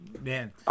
Man